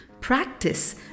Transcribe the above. practice